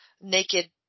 naked